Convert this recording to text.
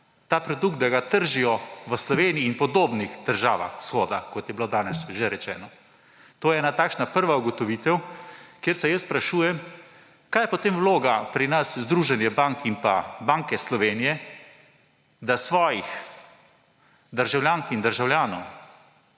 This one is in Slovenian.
ta produkt, da ga tržijo v Sloveniji in podobnih državah Vzhoda, kot je bilo danes že rečeno. To je ena takšna prva ugotovitev, kjer se sprašujem, kaj je potem pri nas vloga Združenja bank in Banke Slovenije, da svojih državljank in državljanov,